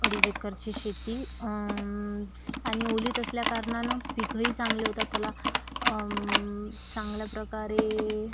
अडीच एकरची शेती आणि ओलीत असल्याकारणानं पिकंही चांगली होतात त्याला चांगल्या प्रकारे